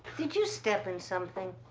did you step in something?